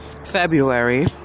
February